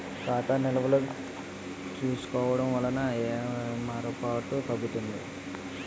ఖాతా నిల్వలు చూసుకోవడం వలన ఏమరపాటు తగ్గుతుంది